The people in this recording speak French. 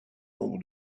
nombre